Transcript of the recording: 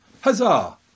Huzzah